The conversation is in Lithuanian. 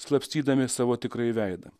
slapstydami savo tikrąjį veidą